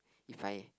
if I